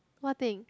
what thing